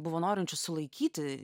buvo norinčių sulaikyti